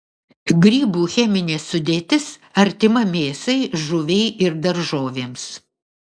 grybų cheminė sudėtis artima mėsai žuviai ir daržovėms